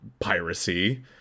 piracy